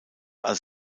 als